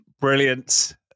brilliant